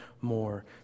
more